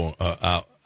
out